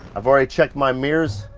i've already checked my mirrors.